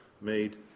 made